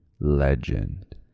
legend